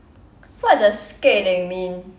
what does keling mean